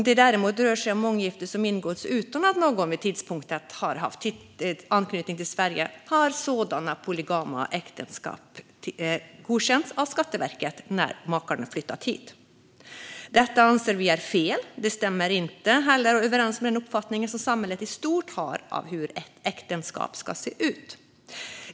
Däremot har polygama äktenskap som ingåtts utomlands och där ingen av parterna vid tidpunkten haft anknytning till Sverige godkänts av Skatteverket när makarna flyttat hit. Detta anser vi är fel. Det stämmer inte heller överens med den uppfattning samhället i stort har om hur ett äktenskap ska se ut.